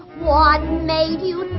what made you